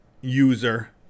user